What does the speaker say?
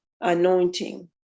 anointing